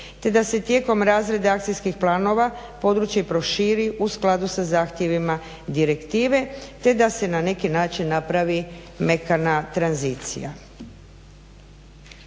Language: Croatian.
te da se tijekom razrade akcijskih planova područje proširi u skladu sa zahtjevima direktive te da se na neki način napravi mekana tranzicija.